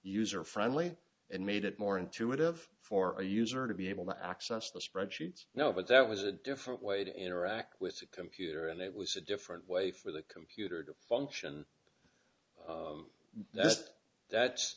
user friendly and made it more intuitive for a user to be able to access the spreadsheets now but that was a different way to interact with the computer and it was a different way for the computer to function that that